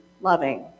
loving